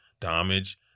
damage